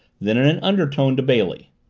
then in an undertone to bailey,